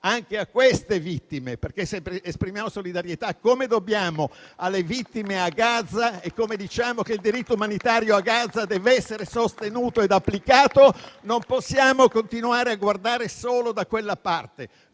anche a queste vittime. Così come dobbiamo esprimere solidarietà alle vittime a Gaza e, poiché diciamo che il diritto umanitario a Gaza deve essere sostenuto ed applicato, non possiamo continuare a guardare solo da quella parte.